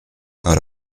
out